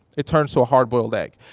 it turns to a hard-boiled egg.